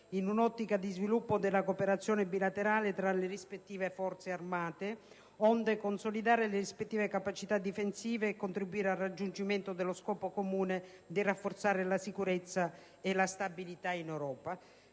in un'ottica di sviluppo della cooperazione bilaterale tra le rispettive Forze armate, onde consolidare le rispettive capacità difensive e contribuire al raggiungimento dello scopo comune di rafforzare la sicurezza e la stabilità in Europa.